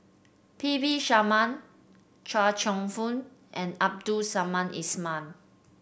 P V Sharma Chia Cheong Fook and Abdul Samad Ismail